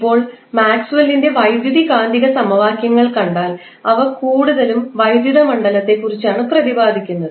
ഇപ്പോൾ മാക്സ്വെല്ലിന്റെ വൈദ്യുതി കാന്തിക സമവാക്യങ്ങൾ കണ്ടാൽ അവ കൂടുതലും വൈദ്യുത മണ്ഡലത്തെക്കുറിച്ചാണ് പ്രതിപാദിക്കുന്നത്